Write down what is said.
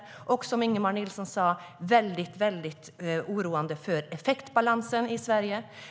Det är, som Ingemar Nilsson sa, oroande för effektbalansen i Sverige.